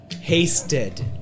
Hasted